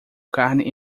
carne